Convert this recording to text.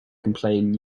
complain